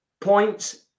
points